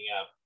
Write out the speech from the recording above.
up